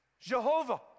Jehovah